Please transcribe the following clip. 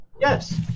yes